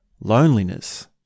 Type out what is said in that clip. loneliness